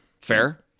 Fair